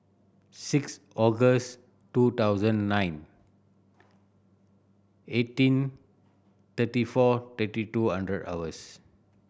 six August two thousand nine eighteen thirty four thirty two hundred hours